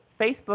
Facebook